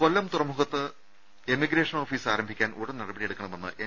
കൊല്ലം തുറമുഖത്ത് emigration office ആരം ഭിക്കാൻ ഉടൻ നടപടിയെടുക്കണമെന്ന് എൻ